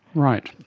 right,